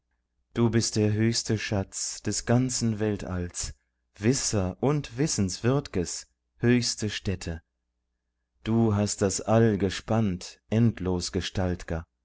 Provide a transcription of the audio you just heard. du bist der höchste schatz des ganzen weltalls wisser und wissenswürdges höchste stätte du hast das all gespannt